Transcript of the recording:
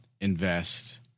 Invest